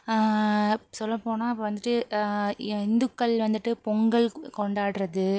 சொல்லப் போனா இப்போ வந்துட்டு இந்துக்கள் வந்துட்டு பொங்கல் கொண்டாடுறது